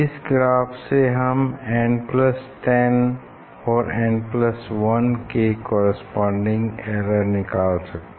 इस ग्राफ से हम n10 और n1 के कोरेस्पोंडिंग एरर निकाल सकते हैं